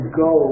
go